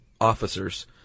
officers